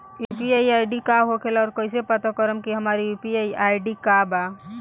UPI ID का होखेला और कईसे पता करम की हमार यू.पी.आई आई.डी का बा?